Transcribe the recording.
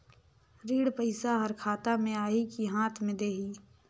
ऋण पइसा हर खाता मे आही की हाथ मे देही?